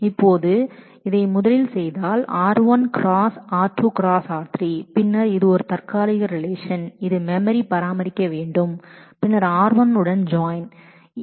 இப்போது நான் இதை முதலில் செய்தால் r1⋈ r2⋈r3 பின்னர் இது ஒரு தற்காலிக ரிலேஷன் இதை நான் மெமரியில் பராமரிக்க வேண்டும் பின்னர் r1 உடன் ஜாயின் செய்ய வேண்டும்